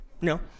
No